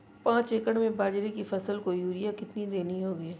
पांच एकड़ में बाजरे की फसल को यूरिया कितनी देनी होगी?